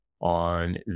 on